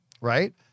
right